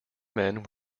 men